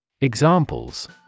Examples